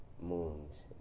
moons